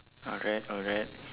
alright alright